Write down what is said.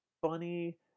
funny